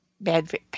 bad